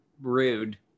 rude